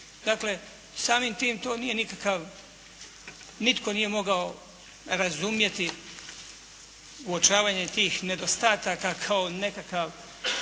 Dakle, samim tim to nije nikakav, nitko nije mogao razumjeti uočavanje tih nedostataka kao nekakav